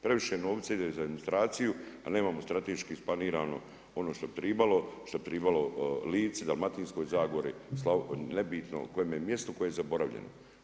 Previše novca ide za administraciju, a nemamo strateški isplanirano ono što bi tribalo, što bi tribalo Lici, Dalmatinskoj zagori, nebitno kojem mjestu koje je zaboravljeno.